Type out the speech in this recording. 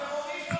טרוריסט,